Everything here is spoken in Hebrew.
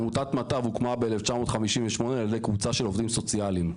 עמותת מטב הוקמה ב-1958 על ידי קבוצה של עובדים סוציאליים.